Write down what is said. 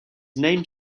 name